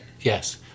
Yes